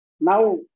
Now